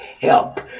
help